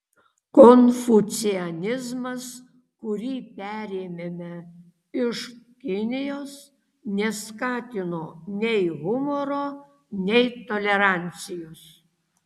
konfucianizmas kurį perėmėme iš kinijos neskatino nei humoro nei tolerancijos